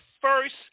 first